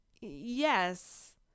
Yes